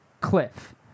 Cliff